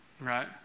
Right